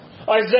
Isaiah